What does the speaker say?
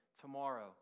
tomorrow